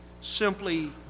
simply